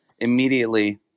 Immediately